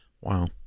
Wow